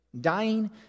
dying